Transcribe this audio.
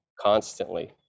constantly